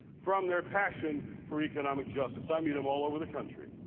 from their passion for economic justice, i meet them all over the country.